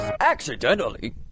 accidentally